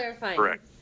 Correct